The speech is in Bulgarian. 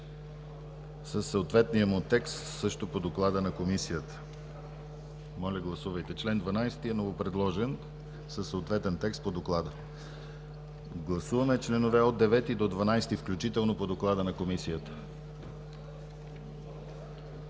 съответния текст също по доклада на Комисията. Член 12 е новопредложен със съответен текст по доклада. Гласуваме членове от 9 до 12 включително по доклада на Комисията.